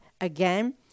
Again